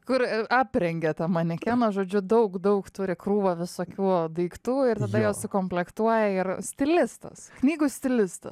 kur ir aprengė tą manekeną žodžiu daug daug turi krūvą visokių daiktų ir tada jos komplektuoja ir stilistas knygų stilistas